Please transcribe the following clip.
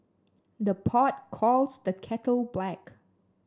the pot calls the kettle black